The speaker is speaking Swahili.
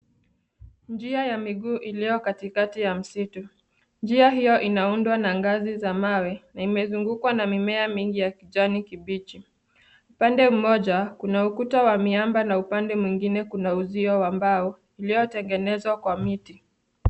Njia ya miguu iliyo katikati ya msitu . Njia hiyo inaundwa na ngazi za mawe na imezungukwa na mimea mingi ya kijani kibichi. Upande mmoja kuna ukuta wa miamba na upande mwingine kuna uzio wa mbao uliotengenezwa kwa miti.